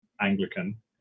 anglican